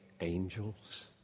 angels